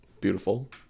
beautiful